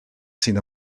sydd